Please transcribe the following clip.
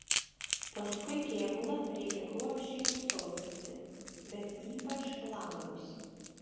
paskui kėbulą reikia kruopščiai nusausinti bet ypač langus